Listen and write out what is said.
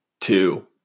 two